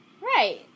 Right